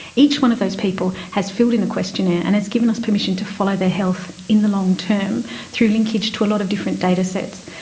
each one of those people has filled in a questionnaire and has given us permission to follow their health in the long term through linkage to a lot of different datasets.